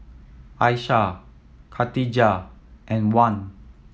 Aishah Katijah and Wan